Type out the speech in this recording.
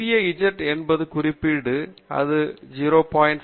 சிறிய z என்பது குறிப்பிட்ட மதிப்பு இது 0